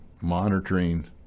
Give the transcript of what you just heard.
monitoring